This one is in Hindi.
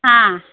हाँ